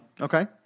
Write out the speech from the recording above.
Okay